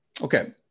okay